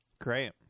Great